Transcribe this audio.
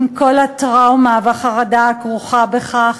עם כל הטראומה והחרדה הכרוכה בכך,